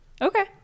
Okay